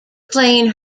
plane